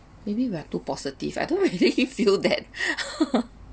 maybe we are too positive I don't really feel that